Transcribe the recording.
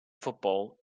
football